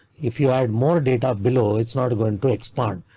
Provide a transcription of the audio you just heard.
if you add more data below, it's not going to expand.